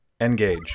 Engage